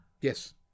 yes